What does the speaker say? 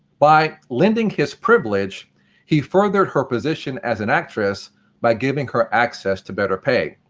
by lending his privilege he furthered her position as an actress by giving her access to better pay.